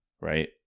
right